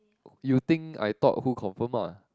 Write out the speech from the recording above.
you think I thought who confirm ah